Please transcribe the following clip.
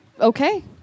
Okay